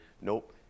nope